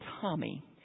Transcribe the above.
Tommy